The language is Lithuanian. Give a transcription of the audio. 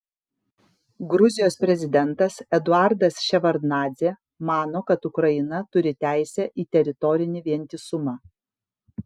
gruzijos prezidentas eduardas ševardnadzė mano kad ukraina turi teisę į teritorinį vientisumą